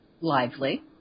lively